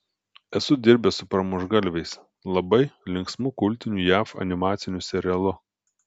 esu dirbęs su pramuštgalviais labai linksmu kultiniu jav animaciniu serialu